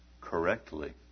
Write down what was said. correctly